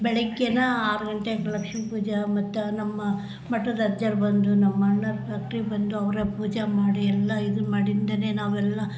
ಬೆಳಿಗ್ಗೆನೇ ಆರು ಗಂಟೆಗೆ ಲಕ್ಷ್ಮೀ ಪೂಜೆ ಮತ್ತು ನಮ್ಮ ಮಠದ ಅಜ್ಜಾರು ಬಂದು ನಮ್ಮ ಅಣ್ಣಾರ ಫ್ಯಾಕ್ಟ್ರಿಗೆ ಬಂದು ಅವ್ರು ಪೂಜೆ ಮಾಡಿ ಎಲ್ಲ ಇದನ್ನು ಮಾಡಿಂದೆನೆ ನಾವೆಲ್ಲ